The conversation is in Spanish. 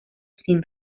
sin